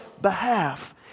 behalf